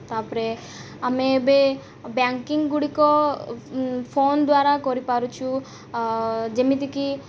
ତା'ପରେ ଆମେ ଏବେ ବ୍ୟାଙ୍କିଙ୍ଗ୍ଗୁଡ଼ିକ ଫୋନ୍ ଦ୍ଵାରା କରିପାରୁଛୁ ଯେମିତିକି